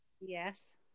Yes